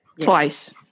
twice